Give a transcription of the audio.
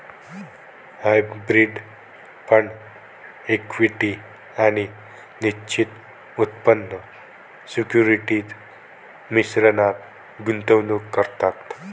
hybrid fund equity आणि निश्चित उत्पन्न सिक्युरिटीज मिश्रणात गुंतवणूक करतात